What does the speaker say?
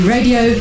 Radio